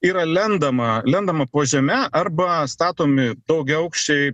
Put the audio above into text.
yra lendama lendama po žeme arba statomi daugiaaukščiai